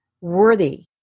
worthy